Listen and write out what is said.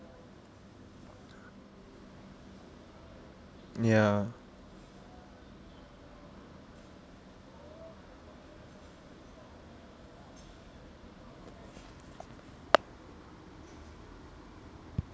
ya